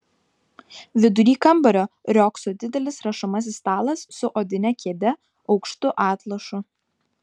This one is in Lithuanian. vidury kambario riogso didelis rašomasis stalas su odine kėde aukštu atlošu